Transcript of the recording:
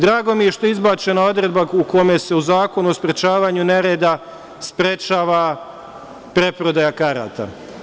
Drago mi je što je izbačena odredba u kojoj se u Zakonu o sprečavanju nereda sprečava preprodaja karata.